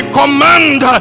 command